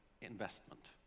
investment